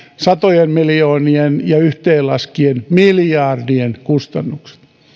satojen miljoonien ja yhteen laskien miljardien kustannukset